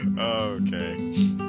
okay